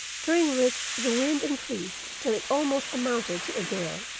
during which the wind increased till it almost amounted to a gale.